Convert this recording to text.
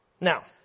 Now